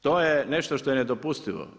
To je nešto što je nedopustiva.